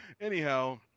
anyhow